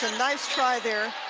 ah nice try there.